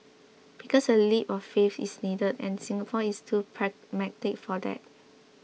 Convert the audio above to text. because a leap of faith is needed and Singapore is too pragmatic for that